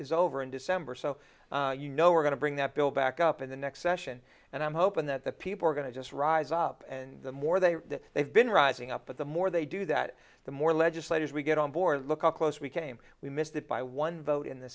is over in december so you know we're going to bring that bill back up in the new session and i'm hoping that the people are going to just rise up and the more they they've been rising up but the more they do that the more legislators we get on board look up close we came we missed it by one vote in the